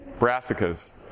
brassicas